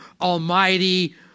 almighty